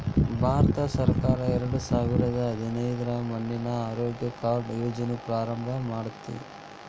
ಭಾರತಸರ್ಕಾರ ಎರಡಸಾವಿರದ ಹದಿನೈದ್ರಾಗ ಮಣ್ಣಿನ ಆರೋಗ್ಯ ಕಾರ್ಡ್ ಯೋಜನೆ ಪ್ರಾರಂಭ ಮಾಡೇತಿ